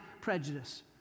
prejudice